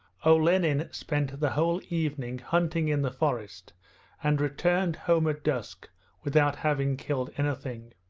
olenin spent the whole evening hunting in the forest and returned home at dusk without having killed anything.